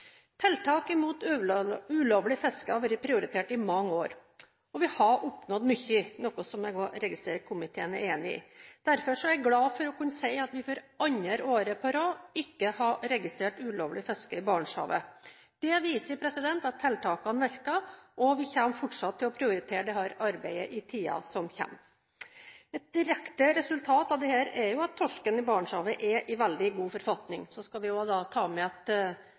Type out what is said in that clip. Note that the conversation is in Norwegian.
Tiltak mot ulovlig fiske har vært prioritert i mange år. Vi har oppnådd mye, noe som jeg registrerer at komiteen er enig i. Derfor er jeg glad for å kunne si at vi for andre året på rad ikke har registrert ulovlig fiske i Barentshavet. Det viser at tiltakene virker, og vi kommer fortsatt til å prioritere dette arbeidet i tiden som kommer. Et direkte resultat av dette er at torsken i Barentshavet er i svært god forfatning. Så skal vi i tillegg ta med